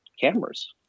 cameras